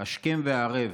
השכם וערב